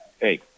Hey